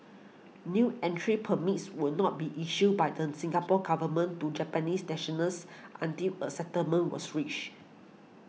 new entry permits would not be issued by the Singapore Government to Japanese nationals until a settlement was reached